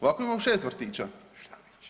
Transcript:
Ovako imamo 6 vrtića.